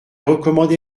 recommandé